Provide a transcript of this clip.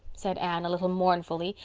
said anne, a little mournfully,